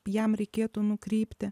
jam reikėtų nukreipti